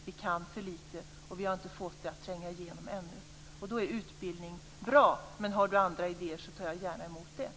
Vi kan för lite och har inte fått jämställdheten att tränga igenom ännu, och därför är utbildning bra. Men har Camilla Sköld Jansson andra idéer så tar jag gärna emot dem.